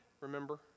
remember